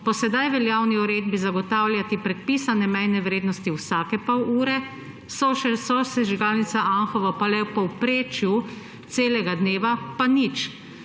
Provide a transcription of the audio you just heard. po sedaj veljavni uredbi zagotavljati predpisane mejne vrednosti vsake pol ure, sosežigalnica Anhovo pa le v povprečju celega dneva, pa nič.